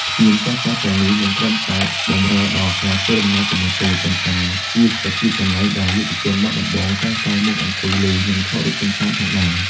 ស្ពានចាស់ៗទាំងនេះមិនត្រឹមតែបម្រើដល់ការធ្វើដំណើរប៉ុណ្ណោះទេ ប៉ុន្តែវាក៏ជាកន្លែងដែលយុវជនបាត់ដំបងតែងតែមកអង្គុយលេង និងថតរូបកម្សាន្តផងដែរ។